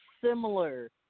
similar